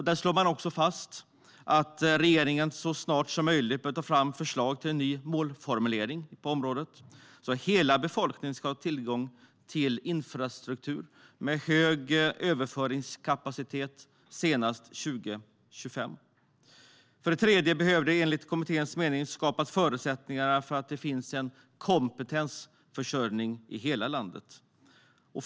Där slår man också fast att regeringen så snart som möjligt bör ta fram förslag till en ny målformulering på området så att hela befolkningen ska ha tillgång till infrastruktur med hög överföringskapacitet senast år 2525. För det tredje behöver det enligt kommitténs mening skapas förutsättningar för att det ska finnas en kompetensförsörjning i hela landet.